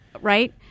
Right